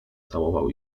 całował